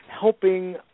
helping